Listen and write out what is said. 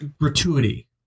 gratuity